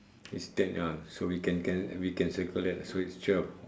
it's tail ah so we can can we can circle that so it's twelve